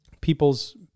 people's